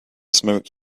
smoke